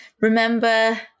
remember